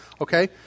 Okay